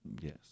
Yes